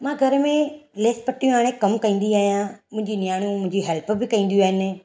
मां घर में लेस पटियूं वारे कम कंदी आहियां मुंहिंजी न्याणियूं मुंहिंजी हेल्प बि कंदियूं आहिनि